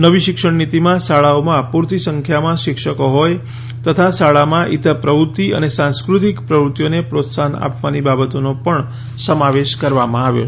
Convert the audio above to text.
નવી શિક્ષણનિતીમાં શાળાઓમાં પૂરતી સંખ્યામાં શિક્ષકો હોય તથા શાળામાં ઇત્તર પ્રવૃતિઓ સાંસ્કૃતિક પ્રવૃતિઓને પ્રોત્સાહન આપવાની બાબતોનો પણ સમાવેશ કરવામાં આવ્યો છે